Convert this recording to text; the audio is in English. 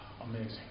Amazing